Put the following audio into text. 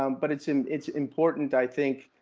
um but it's and it's important i think,